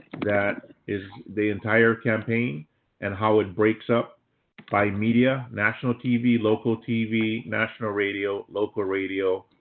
that is the entire campaign and how it breaks up by media, national tv, local tv, national radio, local radio,